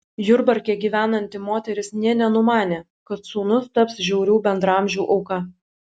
jurbarke gyvenanti moteris nė nenumanė kad sūnus taps žiaurių bendraamžių auka